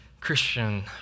Christian